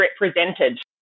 represented